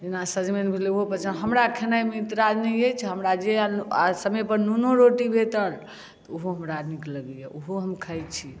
जेना सजमनि भेलै ओहो पसन्द हमरा खेनाइ मे ऐतराज नहि अछि हमरा जे समय पर नुनो रोटी भेटल तऽ ओहो हमरा नीक लगैया ओहो हम खाइ छी